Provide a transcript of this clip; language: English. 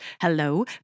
Hello